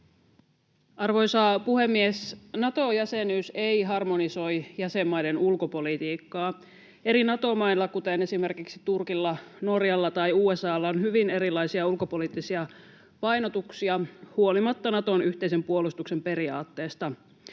Arvoisa puhemies! Nato-jäsenyys ei harmonisoi jäsenmaiden ulkopolitiikkaa. Eri Nato-mailla, kuten esimerkiksi Turkilla, Norjalla tai USA:lla, on hyvin erilaisia ulkopoliittisia painotuksia huolimatta Naton yhteisen puolustuksen periaatteesta.